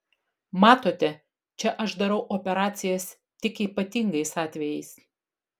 matote čia aš darau operacijas tik ypatingais atvejais